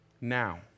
Now